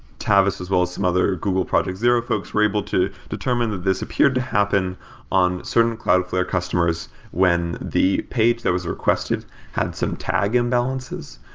tavis as well as some other google project zero folks were able to determine that this appeared to happen on certain cloudflare customers when the page that was requested had some tag imbalances.